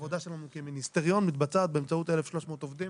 העבודה שלנו כמיניסטריון מתבצעת באמצעות 1,300 העובדים